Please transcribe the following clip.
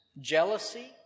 jealousy